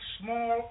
small